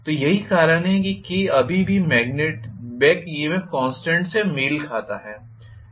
तो यही कारण है कि K अभी भी बॅक EMF कॉन्स्टेंट से मेल खाता है